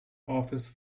office